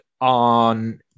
on